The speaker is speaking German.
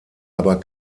aber